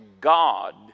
God